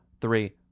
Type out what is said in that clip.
three